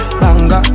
banga